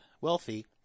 wealthy